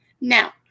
now